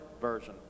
version